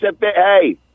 Hey